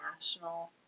national